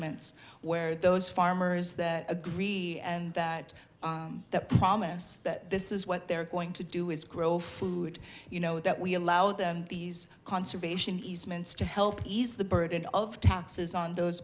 ents where those farmers that agree and that the promise that this is what they're going to do is grow food you know that we allow them the conservation easements to help ease the burden of taxes on those